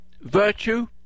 virtue